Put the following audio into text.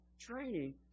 training